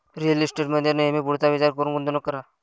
real इस्टेटमध्ये नेहमी पुढचा विचार करून गुंतवणूक करा